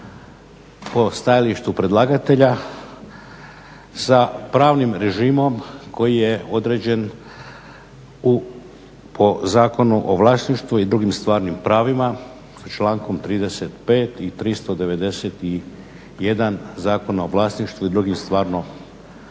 po stajalištu predlagatelja sa pravnim režimom koji je određen po Zakonu o vlasništvu i drugim stvarnim pravima, sa člankom 35. i 391. Zakona o vlasništvu i drugim stvarnim pravima.